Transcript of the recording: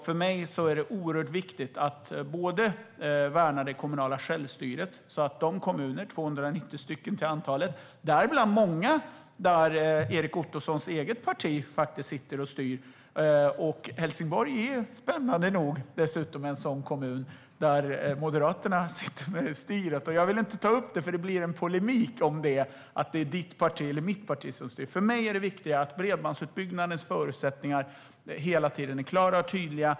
För mig är det viktigt att värna det kommunala självstyret för de 290 kommunerna. Många styrs av Erik Ottosons eget parti. Helsingborg är spännande nog en kommun där Moderaterna sitter vid styret. Jag ville inte ta upp det eftersom det blir en polemik om att det är ditt eller mitt parti som styr. För mig är det viktiga att bredbandsutbyggnadens förutsättningar hela tiden är klara och tydliga.